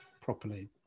properly